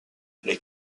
les